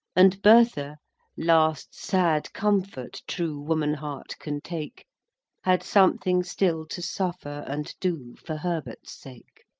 and bertha last sad comfort true woman-heart can take had something still to suffer and do for herbert's sake.